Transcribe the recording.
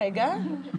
גם עברית וגם אנגלית.